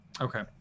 Okay